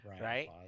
right